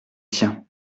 tiens